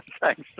Thanks